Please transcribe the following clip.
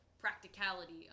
practicality